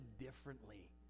differently